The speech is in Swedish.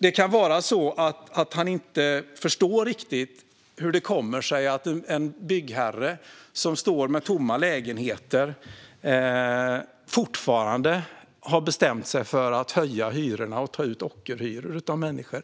Det kan vara så att han inte riktigt förstår hur det kommer sig att en byggherre som står med tomma lägenheter har bestämt sig för att höja hyrorna och ta ut ockerhyror av människor.